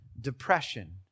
depression